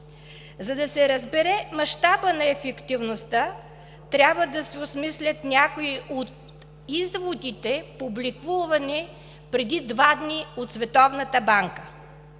За да се разбере мащабът на ефективността, трябва да се осмислят някои от изводите, публикувани преди два дни от Световната банка.